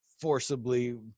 forcibly